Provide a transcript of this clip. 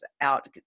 out